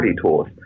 tools